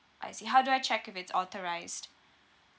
I see how do I check if it's authorised